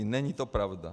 Není to pravda.